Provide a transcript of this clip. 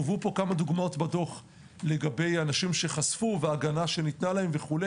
הובאו כמה דוגמאות בדוח פה לגבי אנשים שחשפו וההגנה שניתנה להם וכו'.